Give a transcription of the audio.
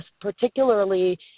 particularly